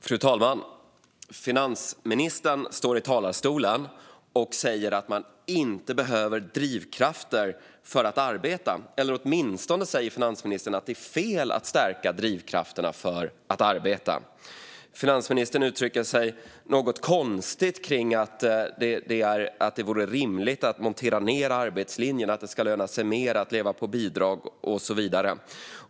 Fru talman! Finansministern står i talarstolen och säger att man inte behöver drivkrafter för att arbeta eller åtminstone att det är fel att stärka drivkrafterna för att arbeta. Finansministern uttrycker sig något konstigt kring att det vore rimligt att montera ned arbetslinjen, att det ska löna sig mer att leva på bidrag och så vidare.